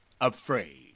afraid